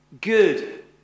good